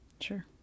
sure